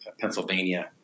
Pennsylvania